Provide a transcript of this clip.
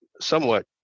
somewhat